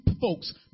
folks